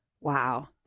Wow